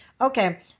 Okay